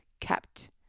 kept